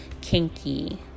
kinky